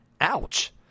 Ouch